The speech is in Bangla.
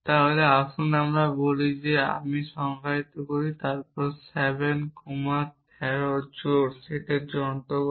তাহলে আসুন আমরা বলি যে আমি সংজ্ঞায়িত করি তারপর 7 কোমা 13 জোড়ার সেটের অন্তর্গত